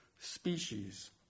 species